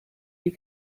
you